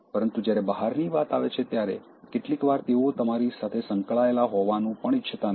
પરંતુ જ્યારે બહારની વાત આવે છે ત્યારે કેટલીકવાર તેઓ તમારી સાથે સંકળાયેલા હોવાનું પણ ઇચ્છતા નથી